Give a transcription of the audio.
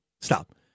Stop